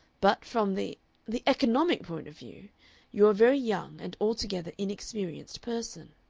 but from the the economic point of view you're a very young and altogether inexperienced person.